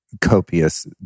copious